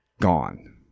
Gone